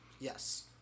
yes